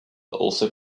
also